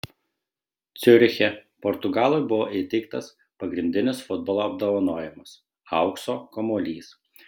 ciuriche portugalui buvo įteiktas pagrindinis futbolo apdovanojimas aukso kamuolys